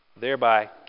thereby